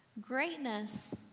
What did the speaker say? Greatness